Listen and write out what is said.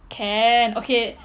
can okay